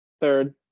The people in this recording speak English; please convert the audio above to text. third